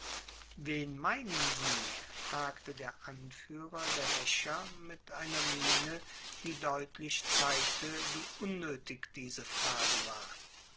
wen meinen sie fragte der anführer der häscher mit einer miene die deutlich zeigte wie unnötig diese frage war